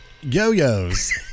Yo-yos